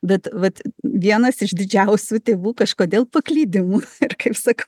bet vat vienas iš didžiausių tėvų kažkodėl paklydimų ir kaip sakau